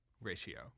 Ratio